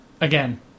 again